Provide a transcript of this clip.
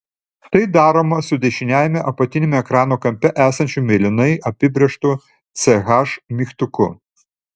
tai daroma su dešiniajame apatiniame ekrano kampe esančiu mėlynai apibrėžtu ch mygtuku